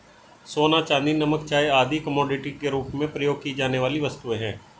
सोना, चांदी, नमक, चाय आदि कमोडिटी के रूप में प्रयोग की जाने वाली वस्तुएँ हैं